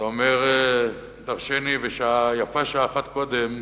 זה אומר דורשני ויפה שעה אחת קודם,